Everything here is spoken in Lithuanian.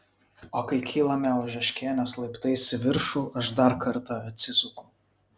o kai kylame ožeškienės laiptais į viršų aš dar kartą atsisuku